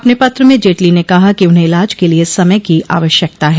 अपने पत्र में जेटली ने कहा कि उन्हें इलाज के लिए समय की आवश्यकता है